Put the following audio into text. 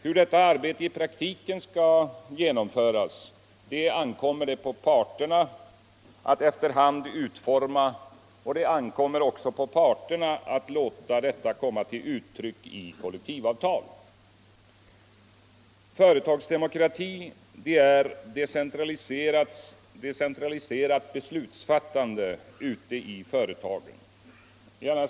Hur detta arbete i praktiken skall genomföras ankommer det på parterna att efter hand utforma, och det ankommer också på parterna att låta detta komma till uttryck i kollektivavtal. Företagsdemokrati är decentraliserat beslutsfattande ute i företagen.